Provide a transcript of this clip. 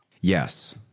Yes